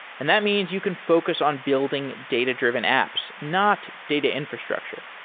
and that means you can focus on building data-driven apps, not data infrastructure.